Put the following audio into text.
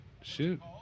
shoot